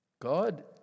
God